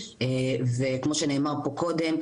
וכמו שנאמר פה קודם,